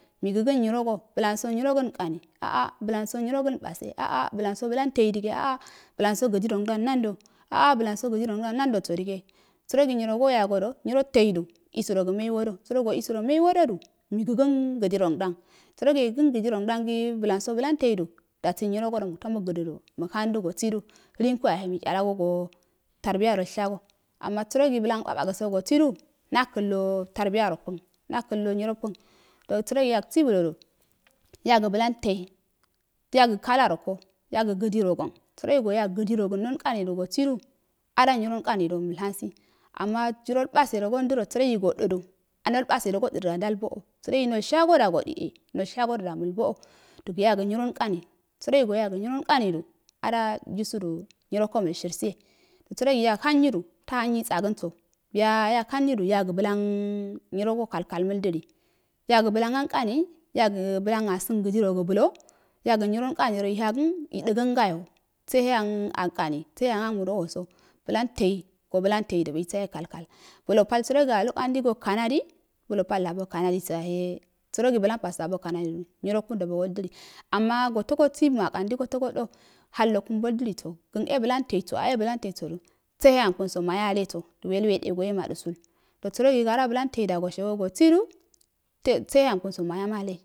Gəgən nyirogo blanso nyairan gənikani a a blanso nyirogəni base a a blanso blan leidige a a blanroso gidirondan nando a a blanso gidi roŋ dan nandoso dige saəro gi nyiro go yagodo nyiro teido uərogi mei wodo do migəkən gidirondan səro yigən gidiron domgi blanso blan tei du dabi nyiro godo muto gədədu dabi nyiro godo muto gədədu dabi muktok hari do lunko yahe meikhalago go taribyarokun makillo nyirokuun sarogi yaagsi blodu yagu blan tei yaga kala roka yaga gidirogan goyaga gidiragon dolkaru du a nyirol karudo mal hunri ama dirral abe do sə rogi gododu nolbate nda ndal bo o nolshago da gode e nalshago do da irrialbo o yaga riyironkari sərogi ada yisudu a nyirko məlshirishe sərogi yahan nyidu takham tsagənso sərogi yalfi ham tssagabso sərogi yali ham niyandu yago blam nyorogo kalkal məldill yagə baln ankari yagə blan asən gidi ro blo yagə nyrroinkani hagən yaga̱ blan ma dəkəngayo sehayan ankami seheyananguno waso blani tei go blan tei du nabehe kalkal blɔplso sərogi abo kanadi sloplso abo kanadoso yahe nyirokun bogoldili ama gotogo si ma kandi gotogo də haloku boldiliso kən e blan teiiso kən e blan taso dul seheyankunso manyelo welu wedegoyo mada ama blan teiso gosidu seheyan kukenso mayele